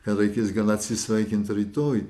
kad reikės gana atsisveikint rytoj